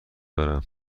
دارم